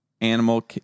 Animal